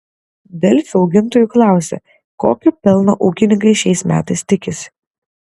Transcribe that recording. delfi augintojų klausia kokio pelno ūkininkai šiais metais tikisi